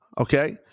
okay